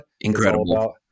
Incredible